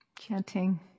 chanting